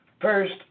First